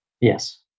Yes